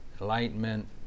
enlightenment